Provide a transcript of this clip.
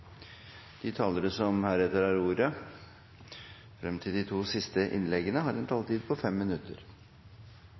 De talere som heretter får ordet, har en taletid på inntil 3 minutter.